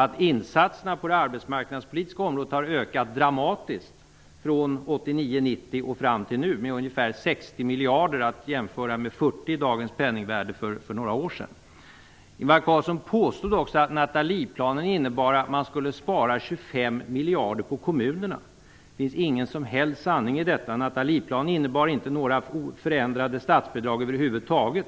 Att insatserna på det arbetsmarknadspolitiska området har ökat dramatiskt från 1989-1990 fram till nu med ungefär 60 miljarder som med dagens penningvärde är att jämföra med 40 miljarder som det var för några år sedan. Ingvar Carlsson påstod också att Nathalieplanen innebar att man skulle spara 25 miljarder på kommunerna. Det finns ingen som helst sanning i detta. Nathalieplanen innebar inte några förändrade statsbidrag över huvud taget.